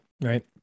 right